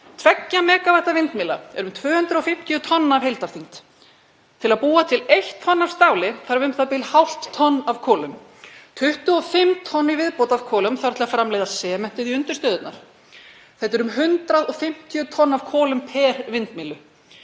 2 MW vindmylla er um 250 tonn að heildarþyngd. Til að búa til 1 tonn af stáli þarf u.þ.b. hálft tonn af kolum. 25 tonn í viðbót af kolum þarf til að framleiða sementið í undirstöðurnar. Þetta eru um 150 tonn af kolum á hverja vindmyllu.